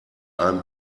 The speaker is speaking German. einem